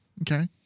Okay